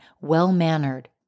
well-mannered